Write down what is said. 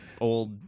old